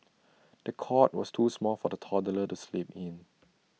the cot was too small for the toddler to sleep in